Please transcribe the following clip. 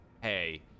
hey